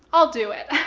i'll do it!